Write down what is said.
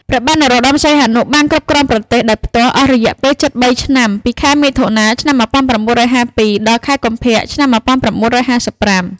ព្រះបាទនរោត្តម សីហនុបានគ្រប់គ្រងប្រទេសដោយផ្ទាល់អស់រយៈពេលជិតបីឆ្នាំ ពីខែមិថុនា ឆ្នាំ១៩៥២ ដល់ខែកុម្ភៈ ឆ្នាំ១៩៥៥។